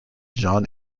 john